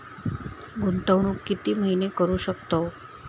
गुंतवणूक किती महिने करू शकतव?